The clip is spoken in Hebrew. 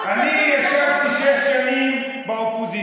אני ישבתי שש שנים באופוזיציה,